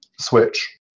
Switch